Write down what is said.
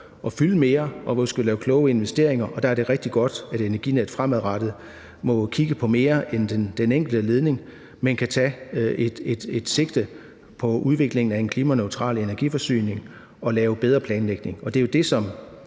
at fylde mere, og hvor vi skal lave kloge investeringer. Der er det rigtig godt, at Energinet fremadrettet må kigge på mere end den enkelte ledning og altså må tage et sigte på udviklingen af en klimaneutral energiforsyning og lave bedre planlægning.